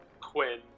Quinn